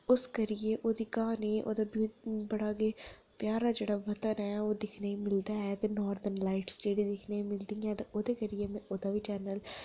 ते उस करियै ओह्दी क्हानी ओह्दी बयुटी बड़ा गे प्यारा जेह्ड़ा बतन ऐ ओह् दिक्खने गी मिलदा ऐ नोर्दनस लाईफ दिक्खने गी मिलदी ऐ ओहदे करियै में ओह्दा बी चैनल